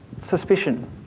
suspicion